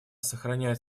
сохраняет